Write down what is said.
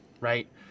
right